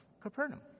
Capernaum